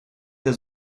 der